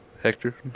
Hector